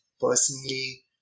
personally